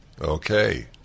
Okay